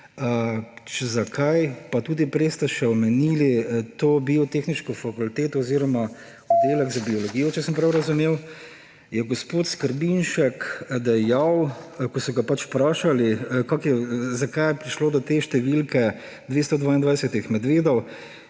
populacije. Pa tudi prej ste že omenili Biotehniško fakulteto oziroma Oddelek za biologijo ‒ če sem prav razumel. Gospod Skrbinšek je dejal, ko so ga pač vprašali, zakaj je prišlo do te številke 222 medvedov,